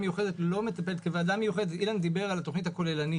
אילן דיבר על התכנית הכוללת.